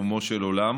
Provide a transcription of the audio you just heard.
ברומו של עולם.